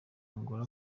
umugore